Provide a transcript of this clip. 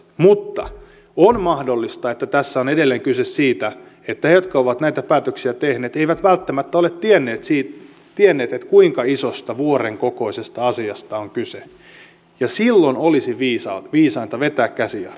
mutta on mahdollista että tässä on edelleen kyse siitä että he jotka ovat näitä päätöksiä tehneet eivät välttämättä ole tienneet kuinka isosta vuoren kokoisesta asiasta on kyse ja silloin olisi viisainta vetää käsijarrua